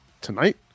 tonight